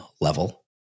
level